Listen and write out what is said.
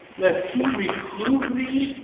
lest he reprove thee,